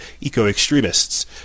eco-extremists